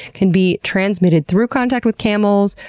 can be transmitted through contact with camels,